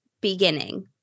beginning